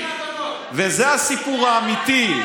וזה הסיפור האמיתי,